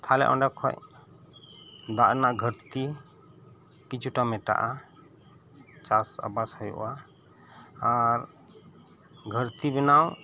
ᱛᱟᱦᱚᱞᱮ ᱚᱰᱮ ᱠᱷᱚᱡ ᱫᱟᱜ ᱨᱮᱭᱟᱜ ᱜᱷᱟᱹᱨᱛᱤ ᱠᱤᱪᱷᱩᱴᱟ ᱢᱮᱴᱟᱜᱼᱟ ᱪᱟᱥ ᱟᱵᱟᱫ ᱦᱩᱭᱩᱜᱼᱟ ᱟᱨ ᱜᱷᱟᱹᱨᱛᱤ ᱵᱮᱱᱟᱣ